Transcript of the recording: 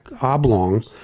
oblong